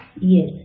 Yes